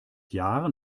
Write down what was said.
jahren